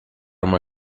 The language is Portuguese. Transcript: uma